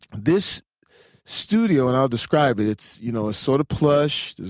this studio and i'll describe it it's you know ah sort of plush,